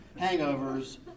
hangovers